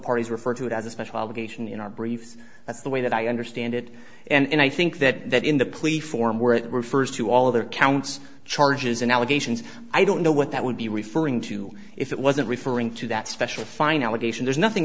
parties refer to it as a special obligation in our briefs that's the way that i understand it and i think that that in the plea for more it refers to all other counts charges and allegations i don't know what that would be referring to if it wasn't referring to that special fine allegation there's nothing